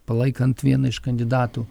palaikant vieną iš kandidatų